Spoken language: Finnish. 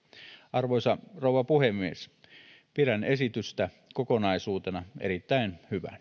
arvoisa rouva puhemies pidän esitystä kokonaisuutena erittäin hyvänä